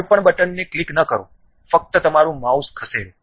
કોઈપણ બટનને ક્લિક ન કરો ફક્ત તમારું માઉસ ખસેડો